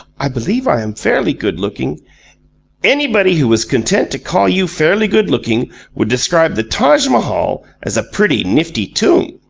i believe i am fairly good-looking anybody who was content to call you fairly good-looking would describe the taj mahal as a pretty nifty tomb.